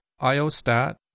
IOSTAT